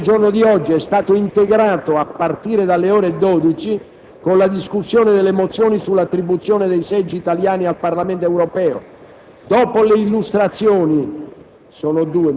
L'ordine del giorno di oggi è stato integrato, a partire dalle ore 12, con la discussione delle mozioni sull'attribuzione dei seggi italiani al Parlamento europeo. Dopo le illustrazioni,